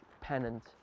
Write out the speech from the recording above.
Pennant